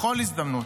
בכל הזדמנות,